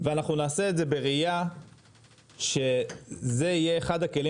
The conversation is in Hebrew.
ואנחנו נעשה את זה בראייה שזה יהיה אחד הכלים